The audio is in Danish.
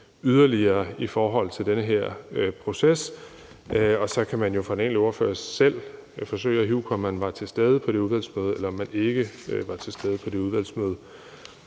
yderligere ønsker i forhold til den her proces. Så må hver enkelt ordfører jo selv forsøge at ihukomme, om man var til stede ved det udvalgsmøde, eller om man ikke var til stede ved det udvalgsmøde.